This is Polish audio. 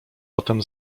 potem